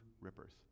rippers